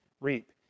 reap